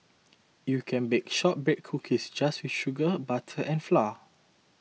you can bake Shortbread Cookies just with sugar butter and flour